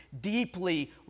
deeply